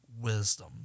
wisdom